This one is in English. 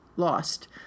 Lost